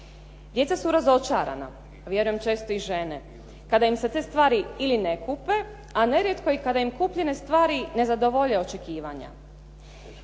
Djeca su razočarana, vjerujem često i žene kada im se te stvari ili ne kupe, a nerijetko i kada im kupljenje stvari ne zadovolje očekivanja.